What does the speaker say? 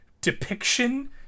depiction